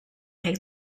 had